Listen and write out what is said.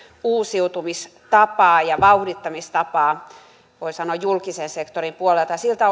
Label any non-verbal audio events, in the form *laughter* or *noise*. uusiutumistapaa ja vauhdittamistapaa julkisen sektorin puolella siltä *unintelligible*